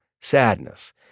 sadness